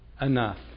enough